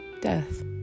death